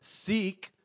Seek